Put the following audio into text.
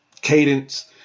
cadence